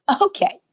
okay